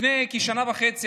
לפני כשנה וחצי,